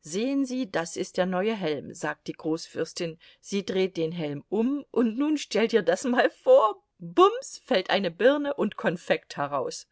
sehen sie das ist der neue helm sagt die großfürstin sie dreht den helm um und nun stell dir das mal vor bums fällt eine birne und konfekt heraus